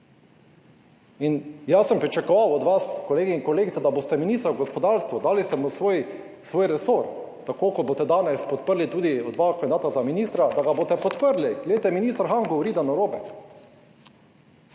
In jaz sem pričakoval od vas, kolegi in kolegice, da boste minister v gospodarstvu, dali ste mu svoj resor, tako kot boste danes podprli tudi dva kandidata za ministra, da ga boste podprli. Glejte minister Han govori da je narobe.